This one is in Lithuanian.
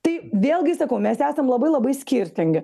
tai vėlgi sakau mes esam labai labai skirtingi